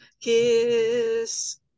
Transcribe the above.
kiss